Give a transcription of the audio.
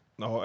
no